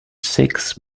six